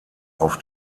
auf